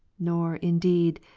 nor, indeed,